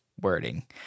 wording